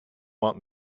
want